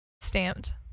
Stamped